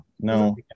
no